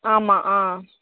ஆமாம் ஆ